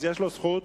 יש לו זכות,